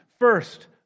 First